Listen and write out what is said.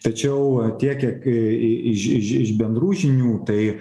tačiau a tiek kiek e iž iž iž bendrų žinių tai